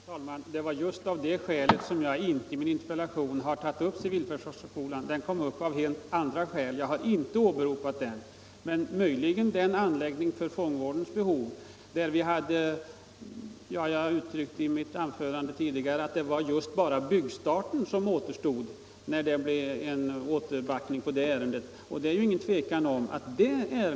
Herr talman! Det var just av det skälet som jag inte tagit upp civilförsvarsskolan i min interpellation. Frågan om civilförsvarsskolan kom upp i helt andra sammanhang, och jag har inte åberopat den. Däremot vill jag åberopa den anläggning för fångvårdens behov som jag nämnde i mitt tidigare anförande. När det gäller denna anläggning var det egentligen bara byggstarten som återstod när kriminalvårdsstyrelsen backade ur ärendet.